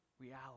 reality